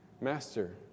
Master